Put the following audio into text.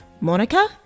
Monica